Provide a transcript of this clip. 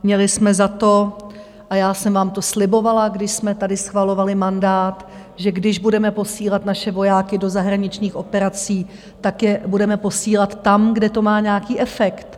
Měli jsme za to, a já jsem vám to slibovala, když jsme tady schvalovali mandát, že když budeme posílat naše vojáky do zahraničních operací, tak je budeme posílat tam, kde to má nějaký efekt.